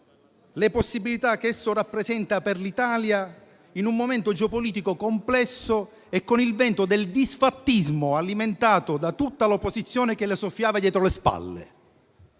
le possibilità che esso rappresenta per l'Italia in un momento geopolitico complesso, con il vento del disfattismo alimentato da tutta l'opposizione che le soffiava dietro le spalle.